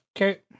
Okay